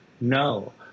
No